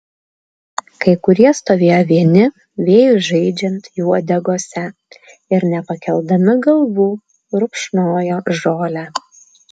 kai kurie stovėjo vieni vėjui žaidžiant jų uodegose ir nepakeldami galvų rupšnojo žolę